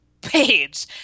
page